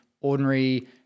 ordinary